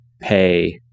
pay